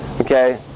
okay